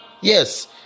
Yes